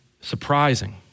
surprising